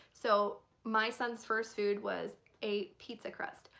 so my son's first food was a pizza crust.